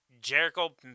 Jericho